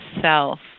self